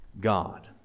God